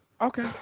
okay